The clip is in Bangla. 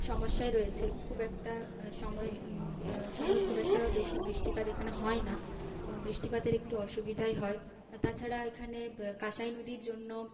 সমস্যায় রয়েছে খুব একটা সময় সময় খুব একটা বেশি বৃষ্টিপাত এখানে হয় না বৃষ্টিপাতের একটি অসুবিধাই হয় তাছাড়া এখানে কাঁসাই নদীর জন্য